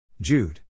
Jude